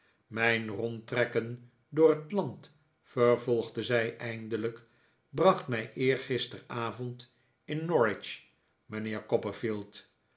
mijn rondtrekken door het land vervolgde zij eindelijk bracht mij eergisteravond in norwich mijnheer